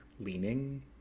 leaning